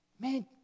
Man